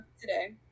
Today